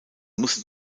muss